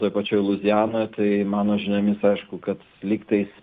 toj pačioj luizianoj tai mano žiniomis aišku kad lygtais